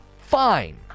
Fine